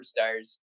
superstars